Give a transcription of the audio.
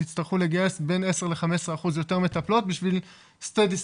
יצטרכו לגייס בין 10% ל-15% יותר מטפלות בשביל לשמר את המצב.